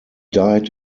died